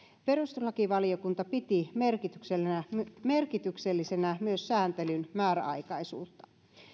perustuslakivaliokunta piti merkityksellisenä merkityksellisenä myös sääntelyn määräaikaisuutta